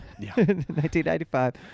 1995